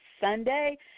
sunday